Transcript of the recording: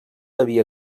havia